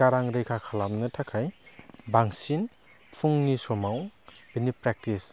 गारां रैखा खालामनो थाखाय बांसिन फुंनि समाव बिनि प्रेकटिस